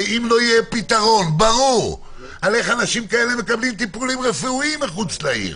פתרון ברור איך אנשים כאלה מקבלים טיפולים רפואיים מחוץ לעיר